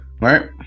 right